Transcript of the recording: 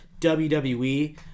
WWE